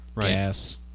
gas